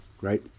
right